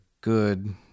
good